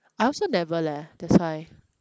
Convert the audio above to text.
I also never leh that's why